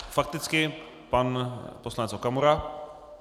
Fakticky pan poslanec Okamura.